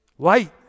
light